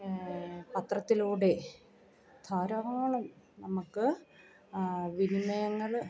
പത്രത്തിലൂടെ ധാരാളം നമുക്ക് വിനിമയങ്ങൾ